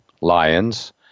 Lions